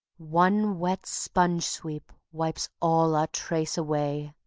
one wet sponge-sweep wipes all our trace away